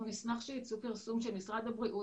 אנחנו נשמח שייצא פרסום של משרד הבריאות